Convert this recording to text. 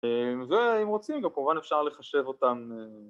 ואם רוצים, גם כמובן אפשר לחשב אותם